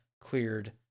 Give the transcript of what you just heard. cleared